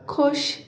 ਖੁਸ਼